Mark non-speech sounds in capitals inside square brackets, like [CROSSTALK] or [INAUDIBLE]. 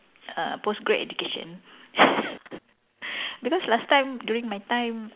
uh post grad education [LAUGHS] because last time during my time